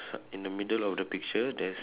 in the middle of the picture there's